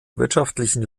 wirtschaftlichen